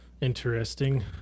Interesting